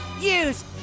Use